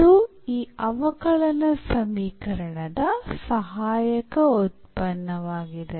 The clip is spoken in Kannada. ಇದು ಈ ಅವಕಲನ ಸಮೀಕರಣದ ಸಹಾಯಕ ಉತ್ಪನ್ನವಾಗಿದೆ